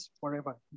forever